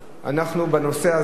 בנושא הזה,